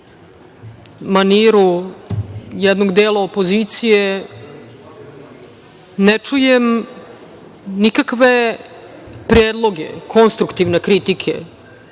maniru jednog dela opozicije, ne čujem nikakve predloge, konstruktivne kritike,